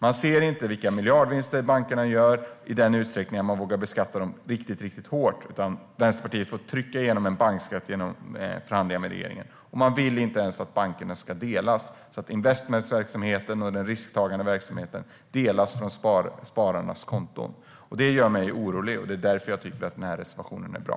Man ser inte vilka miljardvinster bankerna gör i sådan utsträckning att man vågar beskatta dem riktigt, riktigt hårt, utan Vänsterpartiet har fått trycka igenom en bankskatt genom förhandlingar med regeringen. Man vill inte ens att bankerna ska delas så att investmentverksamheten och den risktagande verksamheten skiljs från spararnas konton. Det gör mig orolig, och det är därför jag tycker att den här reservationen är bra.